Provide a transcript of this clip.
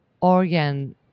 organ